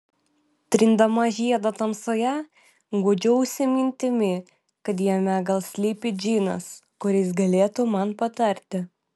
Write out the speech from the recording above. trindama žiedą tamsoje guodžiausi mintimi kad jame gal slypi džinas kuris galėtų man patarti